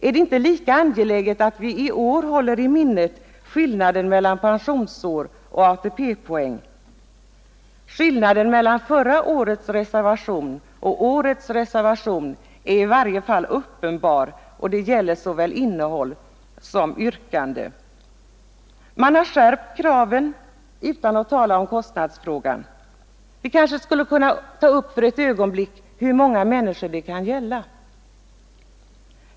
Är det inte lika angeläget att vi i år håller i minnet skillnaden mellan pensionsår och ATP-poäng? Skillnaden mellan förra årets reservation och årets reservation är i varje fall uppenbar, och det gäller såväl innehåll som yrkande. Man har skärpt kraven utan att tala om kostnadsfrågan. Vi kanske för ett ögonblick skulle kunna ta upp hur många människor det kan gälla.